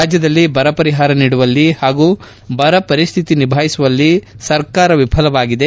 ರಾಜ್ಯದಲ್ಲಿ ಬರ ಪರಿಹಾರ ನೀಡುವಲ್ಲಿ ಹಾಗೂ ಬರ ಪರಿಸ್ತಿತಿ ನಿಭಾಯಿಸುವಲ್ಲಿ ಸರ್ಕಾರ ವಿಫಲವಾಗಿದೆ